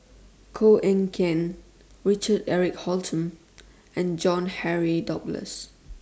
Koh Eng Kian Richard Eric Holttum and John Henry Duclos